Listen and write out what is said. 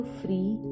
free